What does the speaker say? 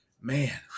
man